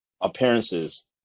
appearances